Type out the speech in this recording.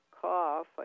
cough